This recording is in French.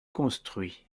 construit